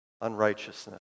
unrighteousness